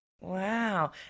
Wow